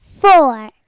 Four